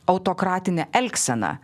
autokratinę elgseną